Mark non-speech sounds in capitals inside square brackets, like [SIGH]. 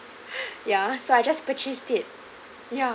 [BREATH] ya so I just purchased it ya